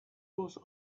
was